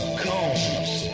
comes